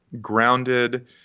grounded